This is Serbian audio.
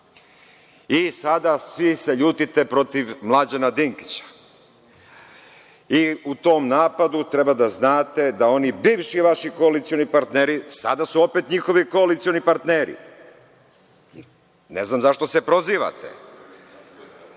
svi se ljutite protiv Mlađana Dinkića i u tom napadu treba da znate da oni bivši vaši koalicioni partneri sada su opet njihovi koalicioni partneri. Ne znam zašto se prozivate.